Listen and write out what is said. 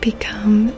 become